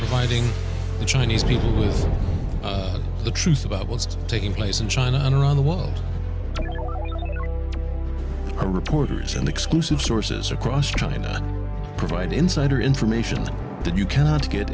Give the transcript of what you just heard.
fighting the chinese people is the truth about what's taking place in china and around the world are reporters and exclusive sources across china provide insider information that you cannot get